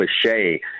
cliche